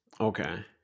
Okay